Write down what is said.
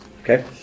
Okay